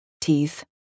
teeth